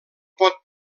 pot